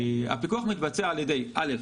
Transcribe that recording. הפיקוח מתבצע על ידי: א',